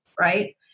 right